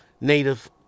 native